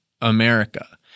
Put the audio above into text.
America